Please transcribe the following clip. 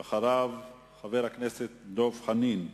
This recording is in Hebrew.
ואחריו, חבר הכנסת דב חנין.